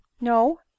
no